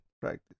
practice